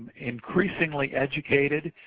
increasingly educated,